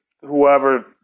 whoever